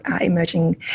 emerging